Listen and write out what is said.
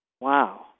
Wow